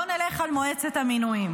בואו נלך על מועצת המינויים.